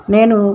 Nenu